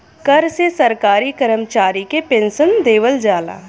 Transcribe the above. कर से सरकारी करमचारी के पेन्सन देवल जाला